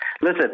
Listen